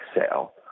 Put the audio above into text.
sale